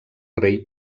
rei